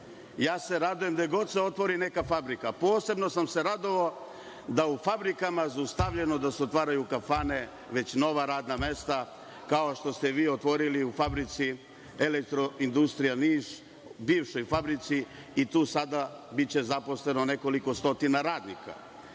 se radujem, gde god se odnosi neka fabrika, posebno sam se radovao da je u fabrikama zaustavljeno da se otvaraju kafane, već nova radna mesta, kao što ste vi otvorili u Fabrici elektroindustrija Niš, bivšoj fabrici i tu će sada biti zaposleno nekoliko stotina radnika.